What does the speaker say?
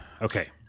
Okay